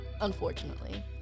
unfortunately